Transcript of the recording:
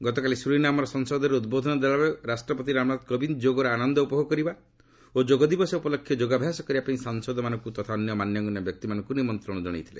ଗତକାଲି ସୁରିନାମର ସଂସଦରେ ଉଦ୍ବୋଧନ ଦେଲା ବେଳେ ରାଷ୍ଟ୍ରପତି ରାମନାଥ କୋବିନ୍ଦ ଯୋଗର ଆନନ୍ଦ ଉପଭୋଗ କରିବା ଓ ଯୋଗ ଦିବସ ଉପଲକ୍ଷେ ଯୋଗାଭ୍ୟାସ କରିବା ପାଇଁ ସାଂସଦମାନଙ୍କୁ ତଥା ଅନ୍ୟ ମାନ୍ୟଗଣ୍ୟ ବ୍ୟକ୍ତିମାନଙ୍କୁ ନିମନ୍ତ୍ରଣ ଜଣାଇଥିଲେ